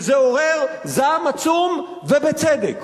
וזה עורר זעם עצום, ובצדק.